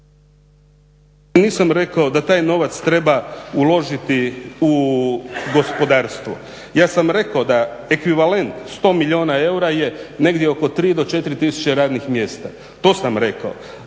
Nisam rekao da taj novac treba uložiti u gospodarstvo. Ja sam rekao da je ekvivalent 100 milijuna eura je negdje oko 3 do 4 tisuće radnih mjesta. To sam rekao,